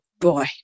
boy